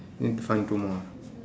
need find two more